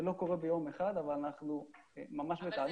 זה לא קורה ביום אחד, אבל אנחנו ממש בתהליך הזה.